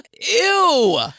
Ew